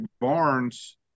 Barnes